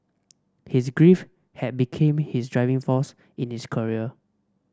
his grief had became his driving force in his career